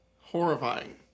Horrifying